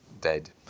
dead